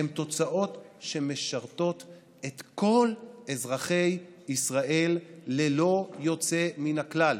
הן תוצאות שמשרתות את כל אזרחי ישראל ללא יוצא מן הכלל,